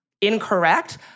incorrect